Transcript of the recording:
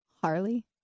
Harley